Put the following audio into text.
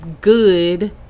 good